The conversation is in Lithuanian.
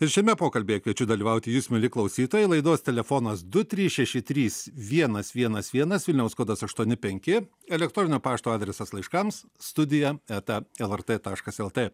ir šiame pokalbyje kviečiu dalyvauti jus mieli klausytojai laidos telefonas du trys šeši trys vienas vienas vienas vilniaus kodas aštuoni penki elektroninio pašto adresas laiškams studija eta lrt taškas lt